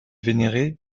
vénéré